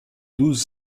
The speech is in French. douze